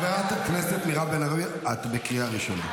חברת הכנסת מירב בן ארי, את בקריאה ראשונה.